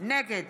נגד